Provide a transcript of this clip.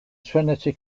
trinity